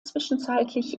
zwischenzeitlich